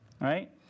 right